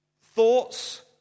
thoughts